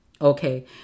Okay